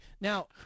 Now